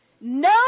no